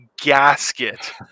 gasket